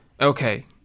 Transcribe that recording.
Okay